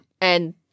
And-